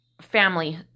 family